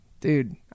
dude